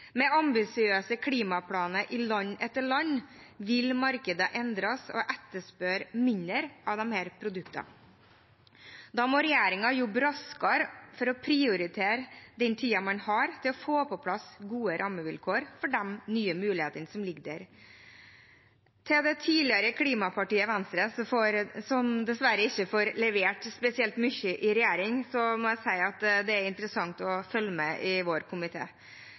Med ambisiøse klimaplaner i land etter land vil markedet endres og etterspørre mindre av disse produktene. Da må regjeringen jobbe raskere for å prioritere den tiden man har til å få på plass gode rammevilkår for de nye mulighetene som ligger der. Til det tidligere klimapartiet Venstre, som dessverre ikke får levert spesielt mye i regjering, må jeg si at det er interessant for vår komité å følge med.